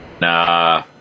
nah